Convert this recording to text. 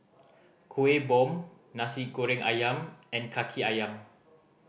Kueh Bom Nasi Goreng Ayam and Kaki Ayam